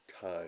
Time